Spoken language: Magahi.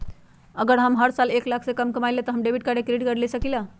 अगर हम हर साल एक लाख से कम कमावईले त का हम डेबिट कार्ड या क्रेडिट कार्ड ले सकीला?